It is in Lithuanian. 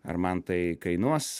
ar man tai kainuos